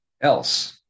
else